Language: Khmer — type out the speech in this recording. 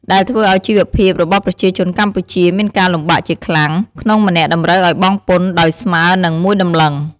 ដែលធ្វើឱ្យជីវភាពរបស់ប្រជាជនកម្ពុជាមានការលំបាកជាខ្លាំង ក្នុងម្នាក់តម្រូវឱ្យបង់ពន្ធ ដោយស្មើនិង ១តម្លឹង។